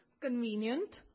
convenient